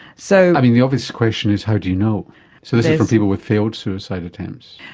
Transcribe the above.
so the obvious question is how do you know. so this is from people with failed suicide attempts.